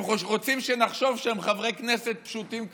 הם רוצים שנחשוב שהם חברי כנסת פשוטים כמונו,